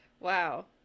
Wow